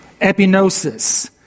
Epinosis